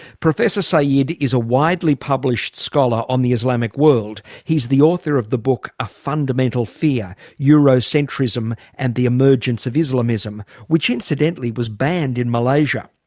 professor sayyid is a widely published scholar on the islamic world. he's the author of the book, a fundamental fear eurocentrism and the emergence of islamism, which incidentally was banned in malaysia.